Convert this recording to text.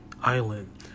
island